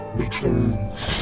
returns